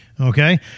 Okay